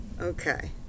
Okay